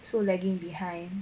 so lagging behind